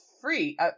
free